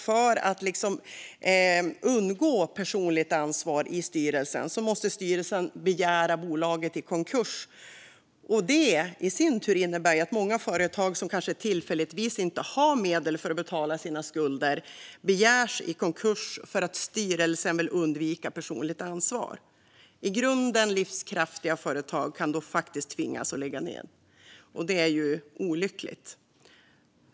För att undgå personligt ansvar måste styrelsen då begära bolaget i konkurs. Detta innebär i sin tur att många företag som kanske tillfälligt inte har medel för att betala sina skulder begärs i konkurs för att styrelsen vill undvika personligt ansvar. I grunden livskraftiga företag kan då faktiskt tvingas lägga ned, och det är olyckligt.